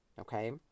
okay